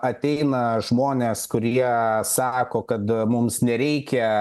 ateina žmonės kurie sako kad mums nereikia